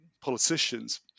politicians